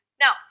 Now